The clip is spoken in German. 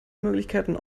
möglichkeiten